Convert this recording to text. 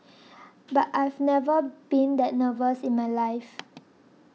but I've never been that nervous in my life